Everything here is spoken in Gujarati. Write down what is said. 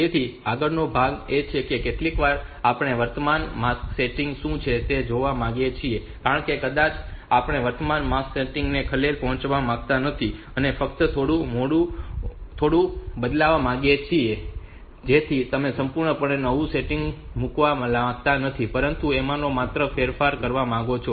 તેથી આગળનો ભાગ એ છે કે કેટલીકવાર આપણે વર્તમાન માસ્ક સેટિંગ શું છે તે જોવા માંગીએ છીએ કારણ કે કદાચ આપણે વર્તમાન માસ્ક સેટિંગ ને ખલેલ પહોંચાડવા માંગતા નથી અને ફક્ત તેને થોડું બદલવા માંગીએ છીએ જેથી તમે સંપૂર્ણપણે નવું સેટિંગ મૂકવા માંગતા નથી પરંતુ તેમાં માત્ર થોડો ફેરફાર કરવા માંગો છો